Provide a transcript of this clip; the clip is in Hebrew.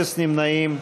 אפס נמנעים.